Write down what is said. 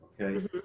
Okay